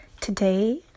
Today